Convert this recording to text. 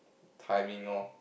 timing orh